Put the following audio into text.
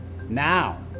Now